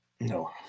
No